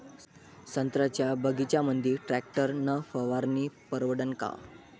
संत्र्याच्या बगीच्यामंदी टॅक्टर न फवारनी परवडन का?